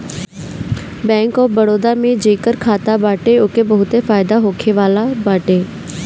bank of Baroda में जेकर खाता बाटे ओके बहुते फायदा होखेवाला बाटे